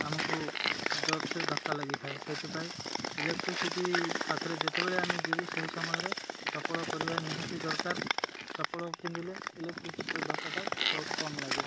ଆମକୁ ଜୋର୍ସେ ଧକ୍କା ଲାଗିଥାଏ ସେଇଥିପାଇଁ ଇଲେକ୍ଟ୍ରିସିଟି ପାଖରେ ଯେତେବେଳେ ଆମେ ଯିବୁ ସେହି ସମୟରେ ଚପଲ ପରିବା ନିହାତି ଦରକାର ଚପଲ ପିନ୍ଧିଲେ ଇଲେକ୍ଟ୍ରିସିଟିର ଧକ୍କାଟା ବହୁତ କମ୍ ଲାଗେ